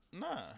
Nah